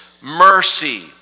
mercy